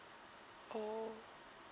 oh